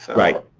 right.